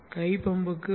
கை பம்புக்கு ரூ